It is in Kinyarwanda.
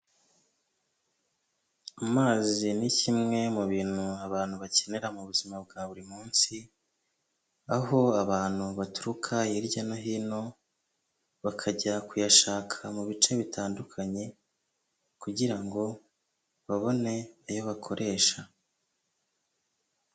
Amazi ni kimwe mu bintu abantu bakenera mu buzima bwa buri munsi, aho abantu baturuka hirya no hino, bakajya kuyashaka mu bice bitandukanye, kugira ngo babone ayo bakoresha.